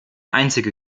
einzige